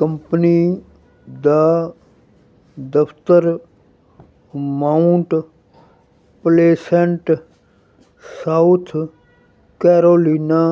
company ਦਾ ਦਫ਼ਤਰ Mount Pleasant South Carolina